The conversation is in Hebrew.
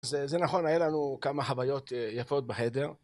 אז זה נכון, היה לנו כמה חוויות יפות בחדר.